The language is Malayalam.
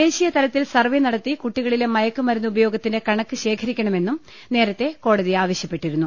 ദേശീയ തലത്തിൽ സർവ്വേ നടത്തി കുട്ടികളിലെ മയക്കുമരുന്ന് ഉപയോഗത്തിന്റെ കണക്ക് ശേഖരി ക്കണമെന്നും നേരത്തെ കോടതി ആവശ്യപ്പെട്ടിരുന്നു